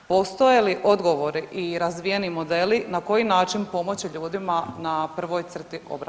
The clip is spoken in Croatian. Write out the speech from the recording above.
Postoje li odgovori i razvijeni modeli na koji način pomoći ljudima na prvoj crti obrane?